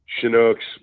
Chinooks